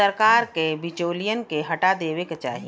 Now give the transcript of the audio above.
सरकार के बिचौलियन के हटा देवे क चाही